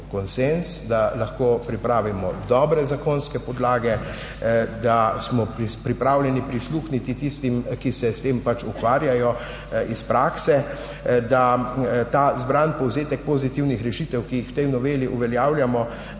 da lahko pripravimo dobre zakonske podlage, da smo pripravljeni prisluhniti tistim, ki se s tem pač ukvarjajo iz prakse, da ta zbrani povzetek pozitivnih rešitev, ki jih v tej noveli uveljavljamo,